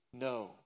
no